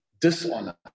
dishonor